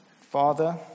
Father